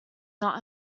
not